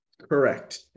Correct